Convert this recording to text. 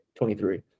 23